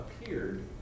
appeared